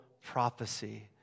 prophecy